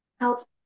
helps